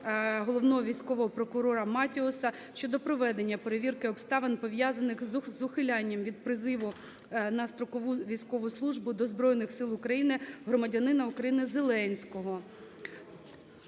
головного військового прокурора Матіоса щодо проведення перевірки обставин, пов'язаних з ухилянням від призову на строкову військову службу до Збройних Сил України громадянина України Зеленського.